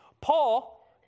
Paul